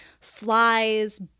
flies